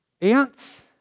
ants